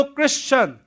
Christian